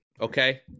okay